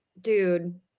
Dude